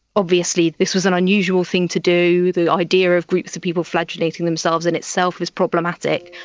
obviously this was an unusual thing to do, the idea of groups of people flagellating themselves in itself was problematic,